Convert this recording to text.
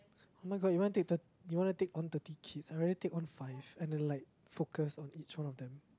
oh-my-god you want to take thir~ you want to take on thirty kids I rather take on five and then like focus on each one of them